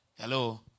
Hello